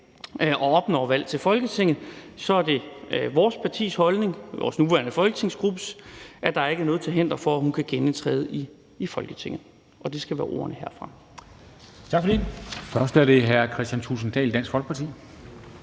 og opnår valg til Folketinget, så er det vores partis holdning, vores nuværende folketingsgruppes holdning, at der ikke er noget til hinder for, at hun kan genindtræde i Folketinget. Det skal være ordene herfra.